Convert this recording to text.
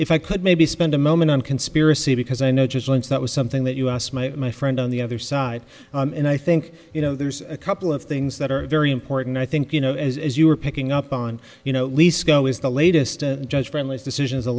if i could maybe spend a moment on conspiracy because i know just once that was something that us my my friend on the other side and i think you know there's a couple of things that are very important i think you know as you were picking up on you know lease go is the latest judge friendly's decisions the